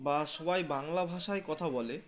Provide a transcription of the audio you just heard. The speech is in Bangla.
বা সবাই বাংলা ভাষায় কথা বলে